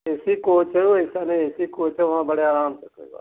AC coach है वो ऐसा नहीं एसी कोच है वहाँ बड़े आराम से कोई बात